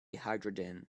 hydrogen